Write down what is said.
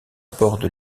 borde